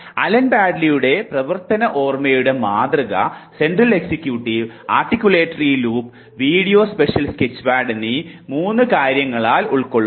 Allen ബാഡ്ലിയുടെ പ്രവർത്തന ഓർമ്മയുടെ മാതൃക central executive articulatory loop visuo spatial sketchpad എന്നീ 3 കാര്യങ്ങളാൽ ഉൾക്കൊള്ളുന്നു